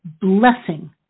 blessing